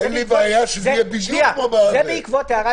אין לי בעיה שזה יהיה בדיוק כמו --- זה בעקבות ההערה של לילך,